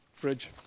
fridge